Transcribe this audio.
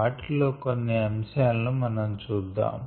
వాటిలోని కొన్ని అంశాలను మనం చూద్దాం